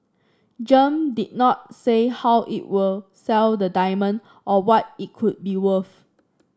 Gem did not say how it will sell the diamond or what it could be worth